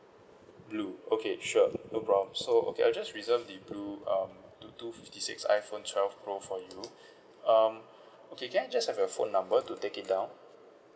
blue okay sure no problem so okay I'll just reserve the blue um two two fifty six iphone twelve pro for you um okay can I just have your phone number to take it down